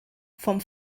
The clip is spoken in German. vom